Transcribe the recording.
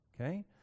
okay